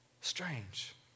Strange